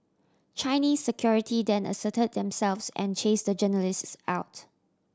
Chinese security then assert themselves and chase the journalists out